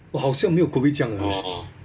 !wah! 好像没有 COVID 这样的 leh